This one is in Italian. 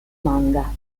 manga